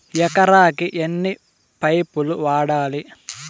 ఎకరాకి ఎన్ని పైపులు వాడాలి?